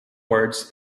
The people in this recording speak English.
words